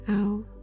out